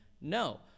No